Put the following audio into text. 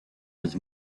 his